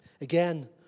Again